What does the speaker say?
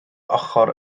ochr